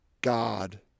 God